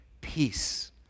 peace